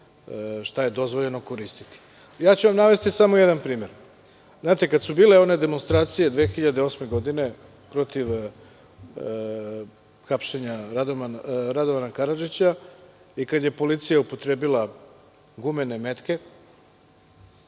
šta je dozvoljeno koristiti. Navešću vam samo jedan primer. Kada su bile one demonstracije 2008. godine protiv hapšenja Radovana Karadžića, i kada je policija upotrebila gumene metke,